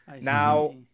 Now